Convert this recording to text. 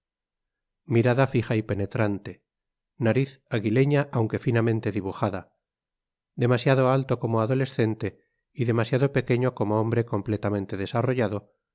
mirada fija y penetrante nariz aguileña aunque finamente dibujada demasiado alto como adolescente y demasiado pequeño como hombre completamente desarrollado